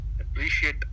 Appreciate